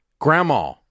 Grandma